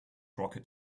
rocket